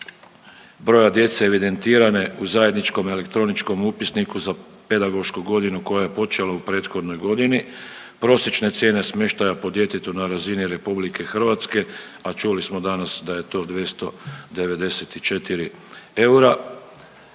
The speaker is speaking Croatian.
broja djece evidentirane u zajedničkom elektroničkom upisniku za pedagošku godinu koja je počela u prethodnoj godini, prosječne cijene smještaja po djetetu na razini RH, a čuli smo danas da je to 294 eura